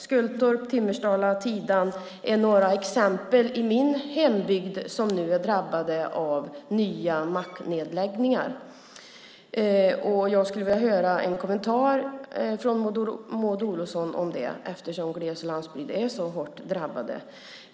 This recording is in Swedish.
Skultorp, Timmersdala och Tidan är några exempel i min hembygd som nu är drabbade av nya macknedläggningar. Jag skulle vilja ha en kommentar av Maud Olofsson om detta, eftersom gles och landsbygd är så hårt drabbade.